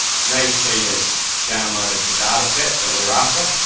see that it's downloaded the data sets that we're after.